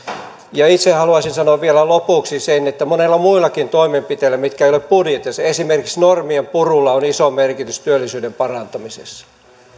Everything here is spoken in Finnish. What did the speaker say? itse haluaisin sanoa vielä lopuksi että monilla muillakin toimenpiteillä mitä ei ole budjetissa esimerkiksi normienpurulla on iso merkitys työllisyyden parantamisessa